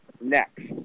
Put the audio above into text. next